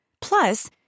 Plus